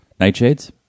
Nightshades